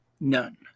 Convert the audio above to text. none